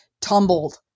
tumbled